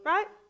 Right